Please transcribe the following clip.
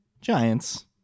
Giants